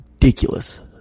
ridiculous